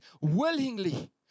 willingly